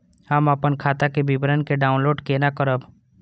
हम अपन खाता के विवरण के डाउनलोड केना करब?